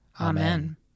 Amen